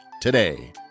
today